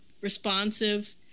responsive